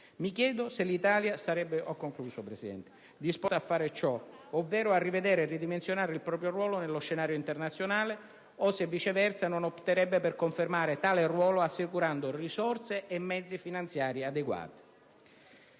Mi chiedo se l'Italia sarebbe disposta a fare ciò, ovvero a rivedere e ridimensionare il proprio ruolo nello scenario internazionale o se, viceversa, non opterebbe per confermare tale ruolo, assicurando alle Forze armate risorse e mezzi finanziari adeguati.